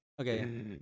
okay